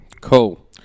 Cool